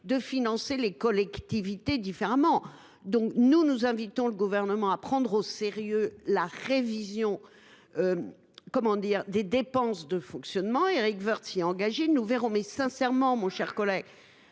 de financer les collectivités différemment. Par conséquent, nous invitons le Gouvernement à prendre au sérieux la révision des dépenses de fonctionnement. Éric Woerth s’y est engagé. Nous verrons bien ! Quoi qu’il en soit, cher collègue,